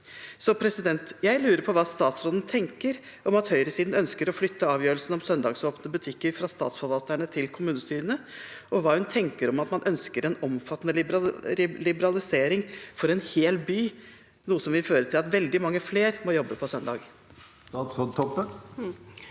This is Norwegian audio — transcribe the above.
annerledesdag. Jeg lurer på hva statsråden tenker om at høyresiden ønsker å flytte avgjørelsen om søndagsåpne butikker fra statsforvalterne til kommunestyrene, og hva hun tenker om at man ønsker en omfattende liberalisering for en hel by, noe som vil føre til at veldig mange flere må jobbe på søndag. Statsråd